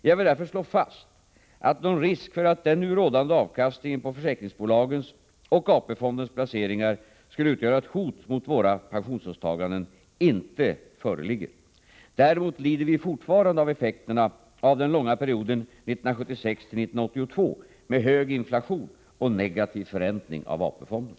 Jag vill därför slå fast att någon risk för att den nu rådande avkastningen på försäkringsbolagens och AP-fondens placeringar skulle utgöra ett hot mot våra pensionsåtaganden inte föreligger. Däremot lider vi fortfarande av effekterna av den långa perioden 1976-1982 med hög inflation och negativ förräntning av AP-fonden.